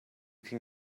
can